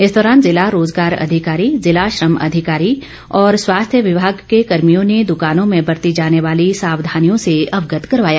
इस दौरान जिला रोजगार अधिकारी जिला श्रम अधिकारी और स्वास्थ्य विभाग के कर्भियों ने दुकानों में बरती जाने वाली सावधानियों से अवगत करवाया